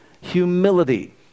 Humility